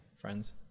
Friends